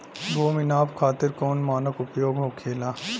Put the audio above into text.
भूमि नाप खातिर कौन मानक उपयोग होखेला?